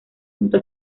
junto